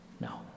No